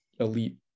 Elite